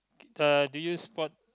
uh do you spot